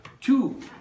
Two